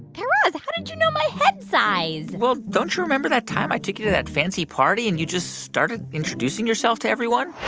guy raz, how did you know my head size? well, don't you remember that time i took you to that fancy party, and you just started introducing yourself to everyone?